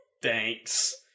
Thanks